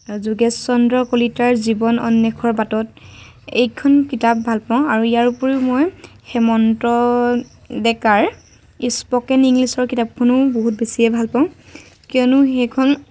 আও যোগেচ চন্দ্ৰ কলিতাৰ জীৱন অন্বেষৰ বাটত এইকেইখন কিতাপ ভাল পাওঁ আৰু ইয়াৰ উপৰিও মই হেমন্ত ডেকাৰ ইস্পকেন ইংলিছৰ কিতাপখনো বহুত বেছিয়ে ভাল পাওঁ কিয়নো সেইখন